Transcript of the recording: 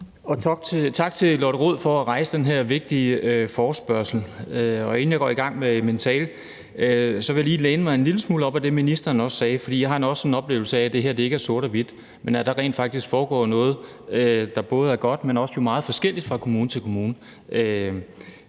tak til Lotte Rod for at stille den her vigtige forespørgsel. Inden jeg går i gang med min tale, vil jeg lige læne mig en lille smule op ad det, ministeren også sagde. For jeg har også en oplevelse af, at det her ikke er sort og hvidt, men at der rent faktisk foregår noget, der kan være godt, men at det jo også er meget forskelligt fra kommune til kommune,